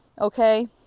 Okay